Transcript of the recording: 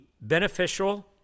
beneficial